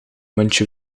muntje